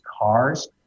cars